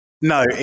No